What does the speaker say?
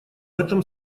этом